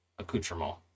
accoutrement